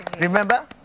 Remember